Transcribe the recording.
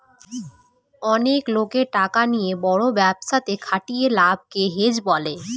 অনেক লোকের টাকা নিয়ে বড় ব্যবসাতে খাটিয়ে লাভকে হেজ বলে